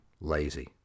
lazy